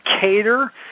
cater